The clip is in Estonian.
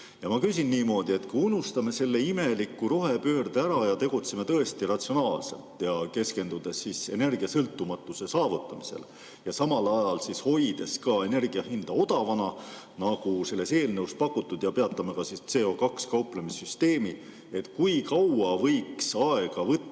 Ma küsin niimoodi, et kui unustame selle imeliku rohepöörde ära ja tegutseme tõesti ratsionaalselt, keskendudes energiasõltumatuse saavutamisele, ja samal ajal hoides ka energia hinda odavana, nagu selles eelnõus pakutud, ja peatame ka CO2-ga kauplemise süsteemi, kui kaua võiks aega võtta